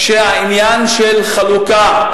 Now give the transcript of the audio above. שהעניין של חלוקה,